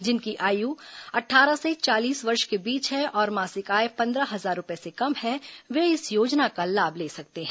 जिनकी आयु अट्ठारह से चालीस वर्ष के बीच है और मासिक आय पंद्रह हजार रूपये से कम है वे इस योजना का लाभ ले सकते हैं